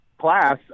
class